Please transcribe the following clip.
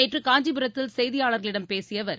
நேற்று காஞ்சிபுரத்தில் செய்தியாளர்களிடம் பேசிய அவர்